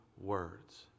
words